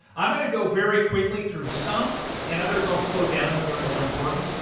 i'm gonna go very quickly through some and others i'll slow down when they're more important.